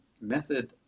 method